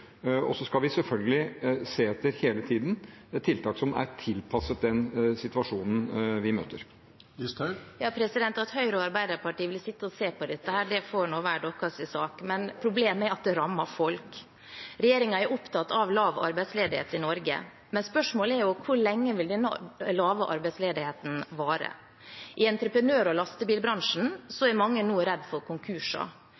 og så skal vi selvfølgelig hele tiden se etter tiltak som er tilpasset den situasjonen vi møter. Sylvi Listhaug – til oppfølgingsspørsmål. At Høyre og Arbeiderpartiet vil sitte og se på dette, får være deres sak, men problemet er at det rammer folk. Regjeringen er opptatt av lav arbeidsledighet i Norge, men spørsmålet er hvor lenge denne lave arbeidsledigheten vil vare. I entreprenør- og lastebilbransjen